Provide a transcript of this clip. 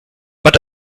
but